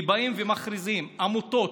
כי באים ומכריזים שעמותות,